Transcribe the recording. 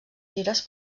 gires